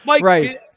right